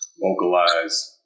vocalize